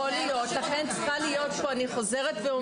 לכן צריכה להיות פה תוכנית.